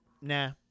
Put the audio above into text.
nah